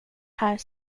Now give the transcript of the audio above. här